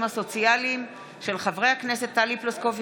בהצעתם של חברי הכנסת טלי פלוסקוב,